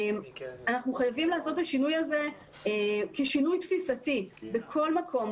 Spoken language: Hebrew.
אנחנו חייבים לעשות את השינוי הזה כשינוי תפיסתי בכל מקום,